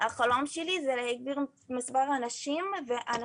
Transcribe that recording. החלום שלי זה להגדיל את מספר הנשים ואת מספר